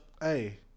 Hey